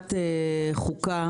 מוועדת החוקה